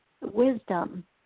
wisdom